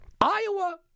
Iowa